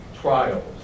trials